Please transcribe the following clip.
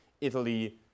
Italy